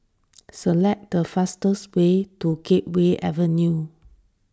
select the fastest way to Gateway Avenue